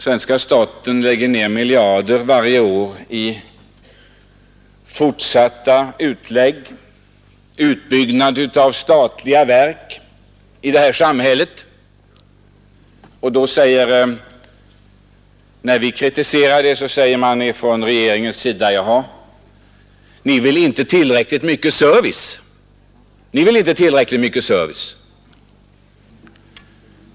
Svenska staten lägger ner miljarder varje år på utbyggnad av statliga verk i detta samhälle, och när vi kritiserar det säger man från regeringens sida: Ni vill inte tillräckligt framhålla service.